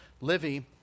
Livy